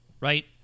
right